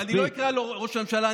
אני לא אקרא לו ראש הממשלה,